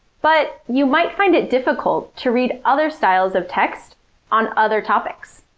but you might find it difficult to read other styles of text on other topics.